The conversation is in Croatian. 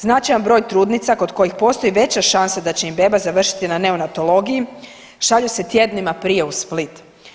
Značajan broj trudnica kod kojih postoji veća šansa da će im beba završiti na neonatologiji šalje se tjednima prije u Split.